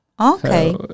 Okay